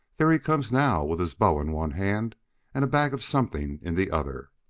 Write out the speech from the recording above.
there he comes now with his bow in one hand and a bag of something in the other.